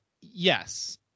yes